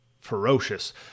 ferocious